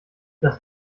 das